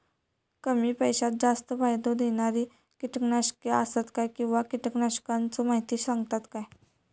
कमी पैशात जास्त फायदो दिणारी किटकनाशके आसत काय किंवा कीटकनाशकाचो माहिती सांगतात काय?